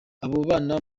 babana